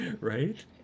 Right